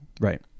right